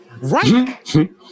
right